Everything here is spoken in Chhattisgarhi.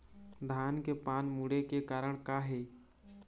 धान के पान मुड़े के कारण का हे?